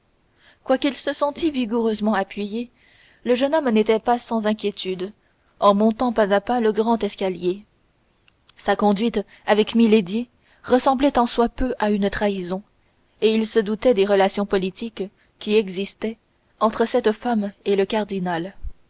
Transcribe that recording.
quoiqu'il se sentît vigoureusement appuyé le jeune homme n'était pas sans inquiétude en montant pas à pas le grand escalier sa conduite avec milady ressemblait tant soit peu à une trahison et il se doutait des relations politiques qui existaient entre cette femme et le cardinal